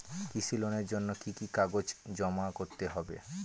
কৃষি লোনের জন্য কি কি কাগজ জমা করতে হবে?